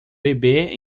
bebê